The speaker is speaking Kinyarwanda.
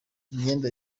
imyenda